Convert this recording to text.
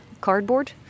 cardboard